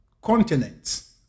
continents